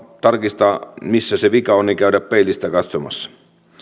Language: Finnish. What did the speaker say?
tarkistaa missä se vika on on käydä peilistä katsomassa